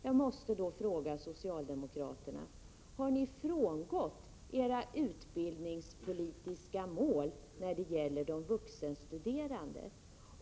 ka mål när det gäller de vuxenstuderande?